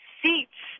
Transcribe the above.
seats